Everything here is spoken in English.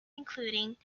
including